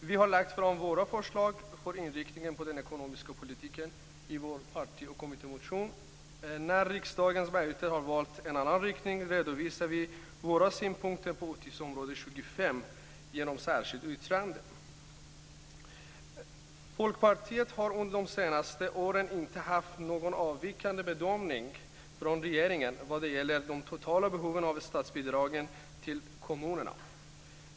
Vi har lagt fram våra förslag till inriktning av den ekonomiska politiken i vår parti och kommittémotion. När riksdagens majoritet har valt en annan riktning redovisar vi våra synpunkter på utgiftsområde Folkpartiet har under de senaste åren inte haft någon avvikande bedömning från regeringen vad gäller de totala behoven av statsbidragen till kommunerna.